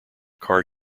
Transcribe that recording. car